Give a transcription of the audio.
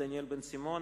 דניאל בן-סימון,